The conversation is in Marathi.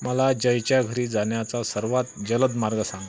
मला जयच्या घरी जाण्याचा सर्वात जलद मार्ग सांग